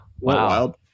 Wow